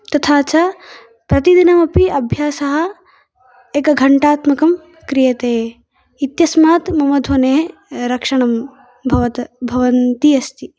तथा च प्रतिदिनम् अपि अभ्यासः एकः घण्टात्मकं क्रियते इत्यास्मात् मम ध्वनेः रक्षणं भवद् भवन्ती अस्ति